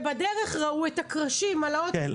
ובדרך ראו את הקרשים על האוטובוס.